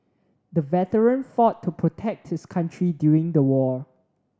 the veteran fought to protect his country during the war